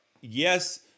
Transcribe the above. yes